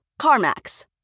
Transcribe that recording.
CarMax